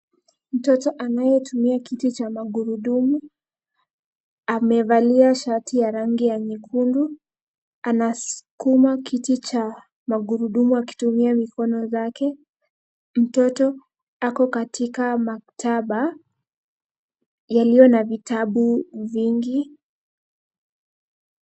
Mtoto anayetumia kiti cha magurudumu amevalia shati ya rangi ya nyekundu anaskuma kiti cha magurudumu akitumia mikono zake. Mtoto ako katika maktaba yaliyo na vitabu vingi.